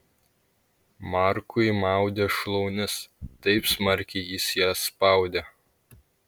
markui maudė šlaunis taip smarkiai jis jas spaudė